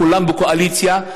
כולם בקואליציה,